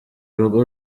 rugo